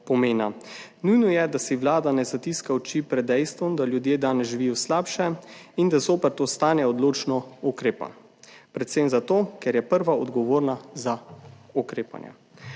pomena. Nujno je, da si vlada ne zatiska oči pred dejstvom, da ljudje danes živijo slabše in da zoper to stanje odločno ukrepa, predvsem zato, ker je prva odgovorna za ukrepanje.